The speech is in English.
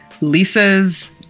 Lisa's